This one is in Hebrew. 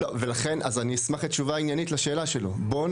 אז אני אשמח לתשובה עניינית לשאלה שלו.